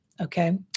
Okay